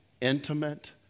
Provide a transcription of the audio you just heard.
intimate